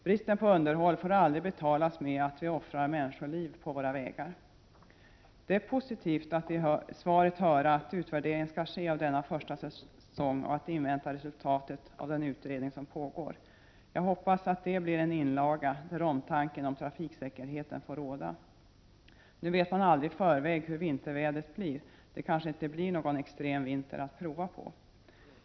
Bristen på underhåll får aldrig betalas med att vi offrar människoliv på våra vägar. Det är positivt att i svaret höra att utvärdering skall ske av denna första säsong och att man inväntar resultatet av den utredning som pågår. Jag hoppas att det blir en inlaga där omtanken om trafiksäkerheten får råda. Nu vet man aldrig i förväg hur vintervädret blir, det kanske inte blir någon extrem vinter.